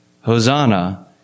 Hosanna